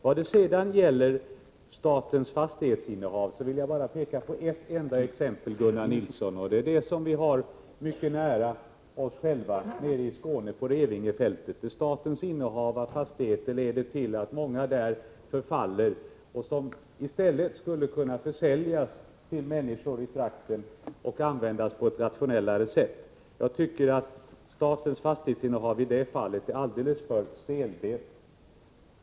Vad sedan gäller statens fastighetsinnehav vill jag bara peka på ett enda exempel, Gunnar Nilsson, och det är ett som jag har mycket nära till, nämligen Revingefältet i Skåne, där statens fastighetsförvaltning leder till att många fastigheter, som skulle kunna försäljas till människor i trakten och användas på ett rationellare sätt, i stället förfaller. Jag tycker att statens fastighetsinnehav i det fallet är alldeles för stelbent förvaltat.